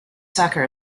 soccer